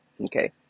Okay